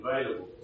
available